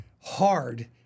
hard